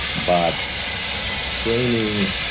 but training,